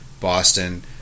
Boston